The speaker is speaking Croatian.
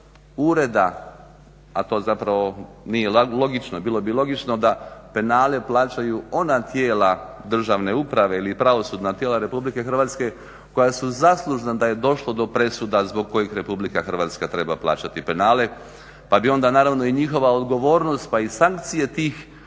ureda, a to zapravo nije logično. Bilo bi logično da penale plaćaju ona tijela državne uprave ili pravosudna tijela Republike Hrvatske koja su zaslužna da je došlo do presuda zbog kojih Republika Hrvatska treba plaćati penale pa bi onda naravno i njihova odgovornost pa i sankcije tih